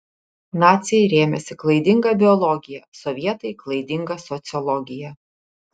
naciai rėmėsi klaidinga biologija sovietai klaidinga sociologija